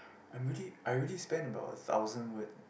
I already I already spend about a thousand word